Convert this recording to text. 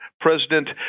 President